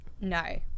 No